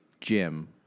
Jim